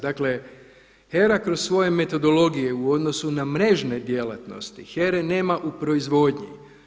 Dakle HERA kroz svoje metodologije u odnosu na mrežne djelatnosti HERA-e nema u proizvodnji.